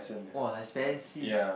!wah! expensive